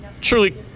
truly